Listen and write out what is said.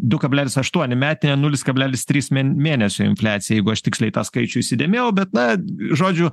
du kablelis aštuoni metinė nulis kalbelis trys mėn mėnesio infliacija jeigu aš tiksliai tą skaičių įsidėmėjau bet na žodžiu